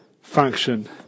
function